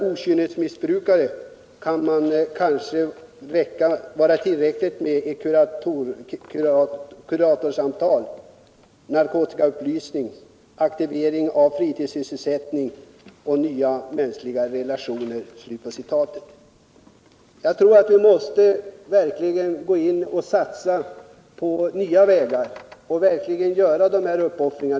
okynnesmissbrukare kan det kanske vara tillräckligt med ett kuratorsamtal, narkotikaupplysning, aktiverande fritidssysselsättning och nya medmänskliga relationer.” Jag tror att vi verkligen måste gå in och satsa på nya vägar och göra dessa uppoffringar.